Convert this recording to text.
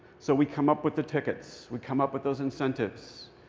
so we come up with the tickets. we come up with those incentives.